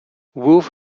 wolf